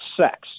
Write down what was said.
sex